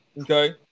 Okay